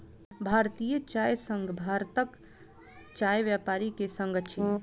भारतीय चाय संघ भारतक चाय व्यापारी के संग अछि